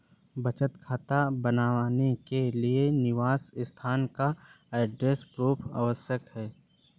बचत खाता बनवाने के लिए निवास स्थान का एड्रेस प्रूफ आवश्यक है